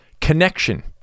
Connection